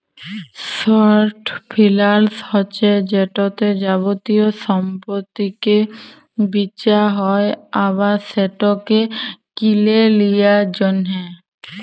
short ফিলালস হছে যেটতে যাবতীয় সম্পত্তিকে বিঁচা হ্যয় আবার সেটকে কিলে লিঁয়ার জ্যনহে